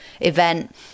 event